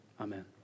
Amen